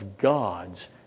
God's